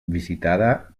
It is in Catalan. visitada